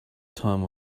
time